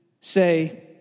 say